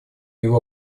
его